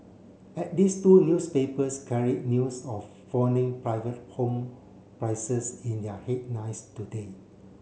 at least two newspapers carried news of falling private home prices in their headlines today